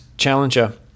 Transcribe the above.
Challenger